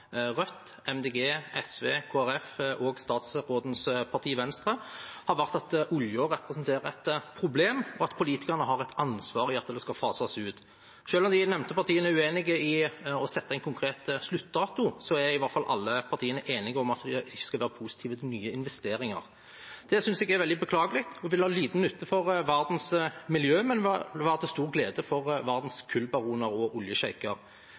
Rødt, Miljøpartiet De Grønne, SV, Kristelig Folkeparti og statsrådens parti, Venstre, har vært at oljen representerer et problem, og at politikerne har et ansvar for at den skal fases ut. Selv om de nevnte partiene er uenige om å sette en konkret sluttdato, er i hvert fall alle partiene enige om at de ikke skal være positive til nye investeringer. Det synes jeg er veldig beklagelig, og det vil ha liten nytte for verdens miljø, men være til stor glede for verdens kullbaroner og